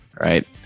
right